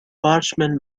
parchment